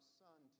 son